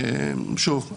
שוב,